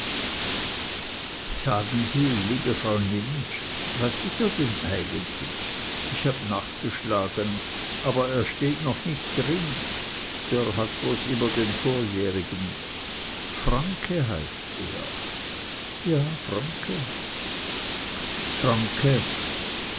sagen sie liebe frau nimptsch was is er denn eigentlich ich habe nachgeschlagen aber er steht noch nich drin dörr hat bloß immer den vorjährigen franke heißt er ja franke franke